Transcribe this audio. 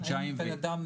חודשיים.